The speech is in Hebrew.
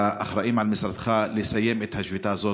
לאחראים במשרדך לסיים את השביתה הזאת.